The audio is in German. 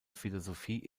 philosophie